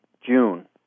June